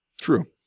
True